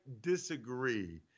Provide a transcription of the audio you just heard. disagree